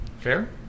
Fair